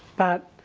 but